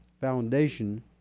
foundation